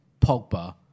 Pogba